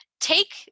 take